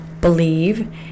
believe